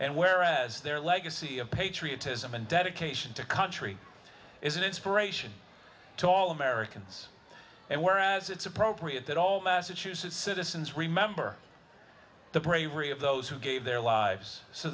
and where as their legacy of patriotism and dedication to country is an inspiration to all americans and whereas it's appropriate that all massachusetts citizens remember the bravery of those who gave their lives so